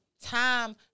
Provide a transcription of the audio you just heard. time